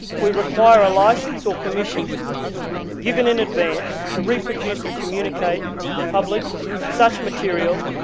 we require a licence or permission given in advance to reproduce and communicate to the public such material,